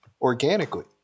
organically